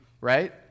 right